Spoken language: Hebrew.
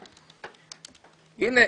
הנה,